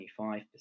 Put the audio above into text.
25%